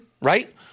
right